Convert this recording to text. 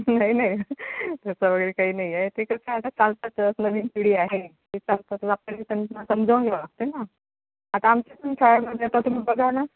नाही नाही तसं वगैरे काही नाही आहे ते कसं आहे आता चालतात तर नवीन पिढी आहे ते चालतात तर आपल्या त्यांना समजवून घ्यावं लागते ना आता आमच्या पण शाळेमध्ये आता तुम्ही बघाना